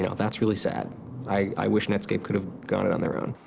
you know that's really sad i wish netscape could have gone it on their own.